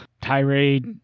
tirade